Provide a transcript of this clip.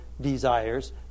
desires